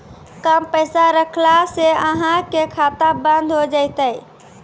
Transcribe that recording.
कम पैसा रखला से अहाँ के खाता बंद हो जैतै?